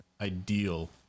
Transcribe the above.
ideal